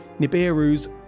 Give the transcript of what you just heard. Nibiru's